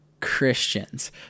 Christians